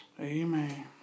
Amen